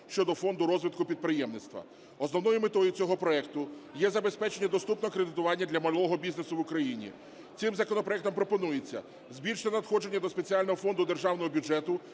щодо Фонду розвитку підприємництва. Основною метою цього проекту є забезпечення доступного кредитування для малого бізнесу в Україні. Цим законопроектом пропонується збільшити надходження до спеціального фонду державного бюджету